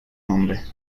nombre